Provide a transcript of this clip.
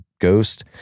Ghost